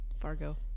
Fargo